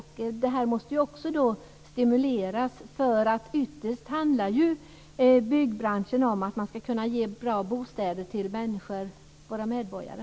Det måste stimuleras. Ytterst handlar det om att byggbranschen ska kunna ge bra bostäder till våra medborgare.